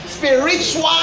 spiritual